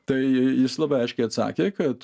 tai jis labai aiškiai atsakė kad